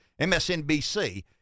MSNBC